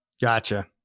Gotcha